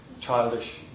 childish